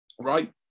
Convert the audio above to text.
right